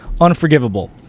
Unforgivable